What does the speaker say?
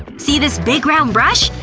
see this big round brush?